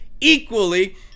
equally